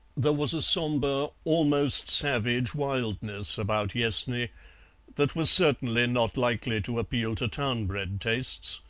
there was a sombre almost savage wildness about yessney that was certainly not likely to appeal to town-bred tastes,